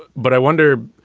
but i wonder,